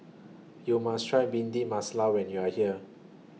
YOU must Try Bhindi Masala when YOU Are here